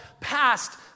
past